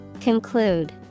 Conclude